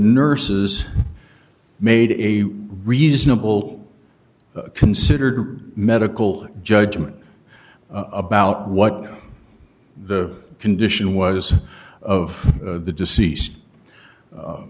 nurses made a reasonable considered medical judgment about what the condition was of the deceased